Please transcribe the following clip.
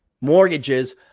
mortgages